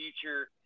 future